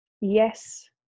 Yes